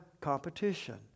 competition